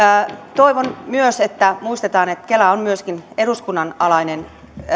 toivon myös että muistetaan että kela on myöskin eduskunnan alainen